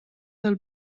del